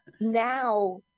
Now